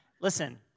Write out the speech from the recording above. Listen